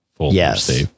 yes